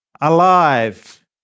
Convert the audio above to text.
alive